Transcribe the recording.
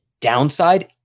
downside